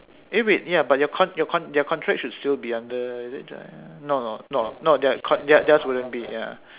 eh wait ya but your con~ your con~ their contract should still be under is it giant no no no theirs theirs wouldn't be ya